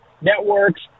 networks